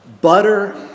Butter